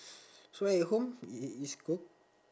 so at home it it is cook